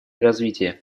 развития